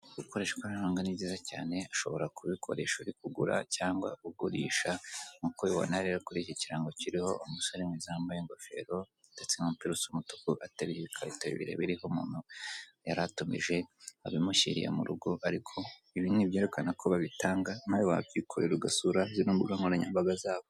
Gukoresha ikoranabuhanga ni byiza cyane, ushobora kubikoresha uri kugura cyangwa ugurisha, nk'uko ubibona rero kuri iki kirango kiriho umusore mwiza, wambaye ingofero ndetse n'umupira usa umutuku, ateruye ibikarito bibiri biriho umuntu yari atumije, abimushyiriye mu rugo ariko ibi ni ibyerekana ko babitanga, nawe wabyikorera ugasura zino mbuga nkoranyambaga zabo.